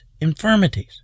infirmities